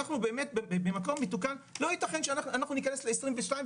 אנחנו באמת ממקום מתוקן לא ייתכן שאנחנו ניכנס ל22'